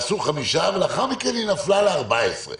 ולאחר מכן היא יורדת ל-14,